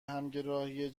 همگرای